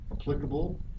applicable